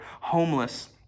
homeless